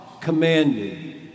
commanded